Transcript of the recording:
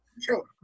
Sure